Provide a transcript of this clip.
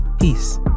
peace